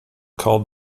called